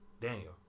Daniel